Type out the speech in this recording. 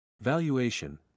Valuation